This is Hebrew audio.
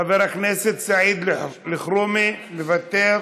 חבר הכנסת סעיד אלחרומי, מוותר.